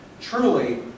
truly